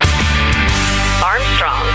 Armstrong